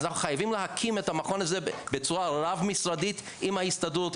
אז אנחנו חייבים להקים את המכון הזה בצורה רב-משרדית עם ההסתדרות,